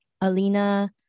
Alina